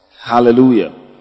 Hallelujah